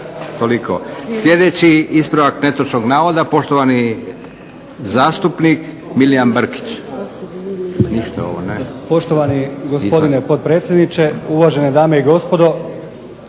Toliko. Sljedeći ispravak netočnog navoda poštovani zastupnik Milijan Brkić. **Brkić, Milijan (HDZ)** Poštovani gospodine potpredsjedniče, uvažene dame i gospodo.